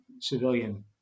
civilian